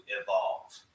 evolve